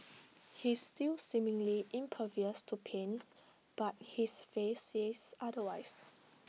he's still seemingly impervious to pain but his face says otherwise